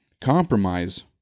Compromise